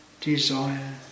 desire